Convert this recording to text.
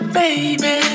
baby